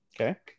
Okay